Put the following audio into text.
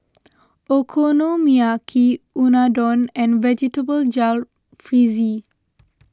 Okonomiyaki Unadon and Vegetable Jalfrezi